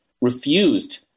refused